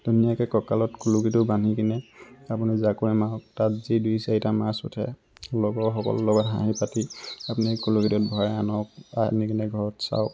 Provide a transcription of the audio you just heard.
ধুনীয়াকৈ কঁকালত খুলুকীটো বান্ধি কিনে আপুনি জাকৈ মাৰক তাত যি দুই চাৰিটা মাছ উঠে লগৰ সকলো লগত হাঁহি পাতি আপুনি খুলুকীটোত ভৰাই আনক আনি কিনে ঘৰত চাওক